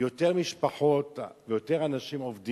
היום היא שיותר אנשים עובדים,